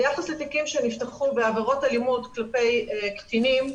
ביחס לתיקים שנפתחו בעבירות אלימות כלפי קטינים,